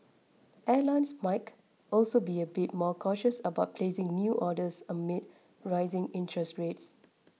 airlines Mike also be a bit more cautious about placing new orders amid rising interest rates